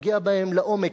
פוגע בהן לעומק.